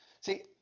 see